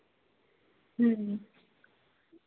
ਹਮ ਹਮ